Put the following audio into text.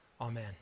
Amen